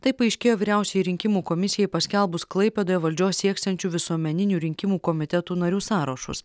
tai paaiškėjo vyriausiajai rinkimų komisijai paskelbus klaipėdoje valdžios sieksiančių visuomeninių rinkimų komitetų narių sąrašus